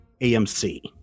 AMC